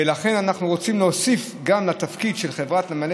ולכן אנחנו רוצים להוסיף גם לתפקיד של חברת נמלי